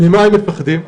ממה הם מפחדים?